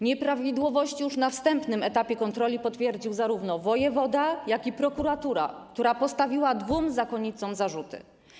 Nieprawidłowości już na wstępnym etapie kontroli potwierdził zarówno wojewoda, jak i prokuratura, która postawiła dwóm zakonnicom zarzuty.